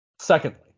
Secondly